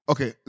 Okay